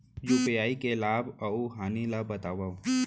UPI के लाभ अऊ हानि ला बतावव